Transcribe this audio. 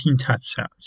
touchdowns